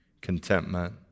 contentment